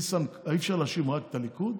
אי-אפשר להאשים רק את הליכוד